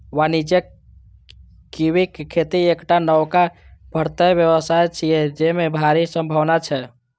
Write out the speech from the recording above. वाणिज्यिक कीवीक खेती एकटा नबका उभरैत व्यवसाय छियै, जेमे भारी संभावना छै